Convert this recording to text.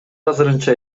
азырынча